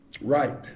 Right